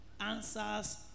Answers